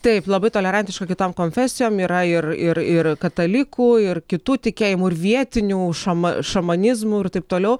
taip labai tolerantiška kitom konfesijom yra ir ir ir katalikų ir kitų tikėjimų ir vietinių šama šamanizmų ir taip toliau